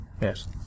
yes